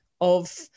of-